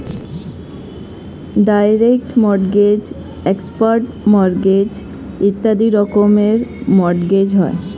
direct mortgage, expert mortgage ইত্যাদি রকমের mortgage হয়